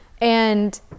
And-